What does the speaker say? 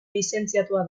lizentziatua